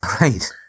Right